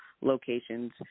locations